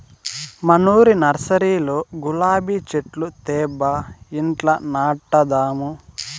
మనూరి నర్సరీలో గులాబీ చెట్లు తేబ్బా ఇంట్ల నాటదాము